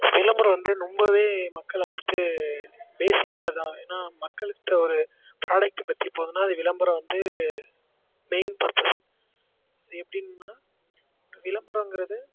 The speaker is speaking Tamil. விளம்பரம் வந்து ரொம்பவே மக்களை வந்துட்டு பேஸிக்கே அதான் ஏன்னா மக்கள்கிட்ட ஒரு ப்ராடக்ட்டை பற்றி போகுதுனா அது விளம்பரம் வந்து மெயின் பர்பஸ் அது எப்படின்னா விளம்பரோங்கிறது